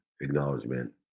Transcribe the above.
acknowledgement